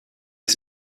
les